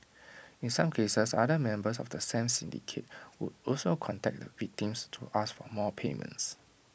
in some cases other members of the scam syndicate would also contact the victims to ask for more payments